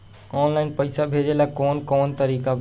Online पइसा भेजेला कवन कवन तरीका बा?